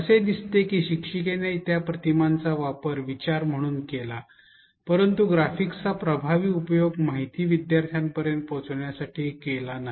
असे दिसते की शिक्षिकेने त्या प्रतिमांचा वापर विचार म्हणून केला परंतु ग्राफिक्सचा प्रभावी उपयोग माहिती विद्यार्थ्यांपर्यंत पोचवण्यासाठी केला नाही